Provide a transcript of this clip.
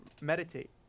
meditate